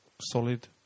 solid